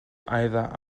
either